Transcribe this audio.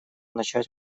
начать